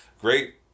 Great